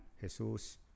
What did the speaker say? Jesus